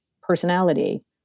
personality